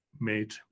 made